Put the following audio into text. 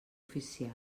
oficial